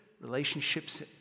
Relationships